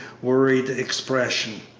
worried expression.